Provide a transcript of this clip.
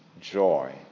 joy